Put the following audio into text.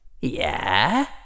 Yeah